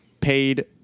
paid